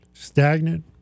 Stagnant